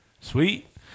Sweet